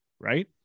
right